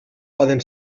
poden